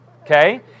Okay